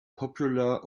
popular